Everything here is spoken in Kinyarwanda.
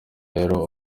rero